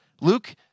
Luke